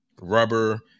Rubber